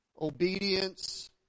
obedience